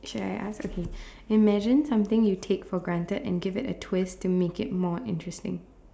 should I ask okay imagine something you take for granted and give it a twist to make it more interesting